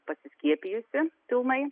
pasiskiepijusi pilnai